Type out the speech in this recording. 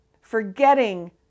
forgetting